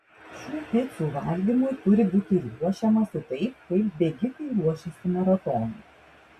šių picų valgymui turi būti ruošiamasi taip kaip bėgikai ruošiasi maratonui